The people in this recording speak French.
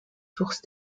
sources